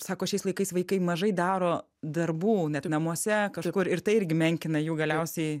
sako šiais laikais vaikai mažai daro darbų net namuose kažkur ir tai irgi menkina jų galiausiai